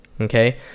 Okay